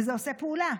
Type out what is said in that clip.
וזה עושה פעולה.